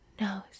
knows